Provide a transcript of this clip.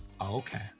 Okay